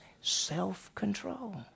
self-control